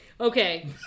Okay